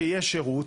שיהיה שירות,